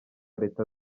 leta